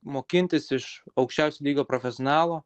mokintis iš aukščiausio lygio profesionalo